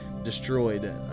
destroyed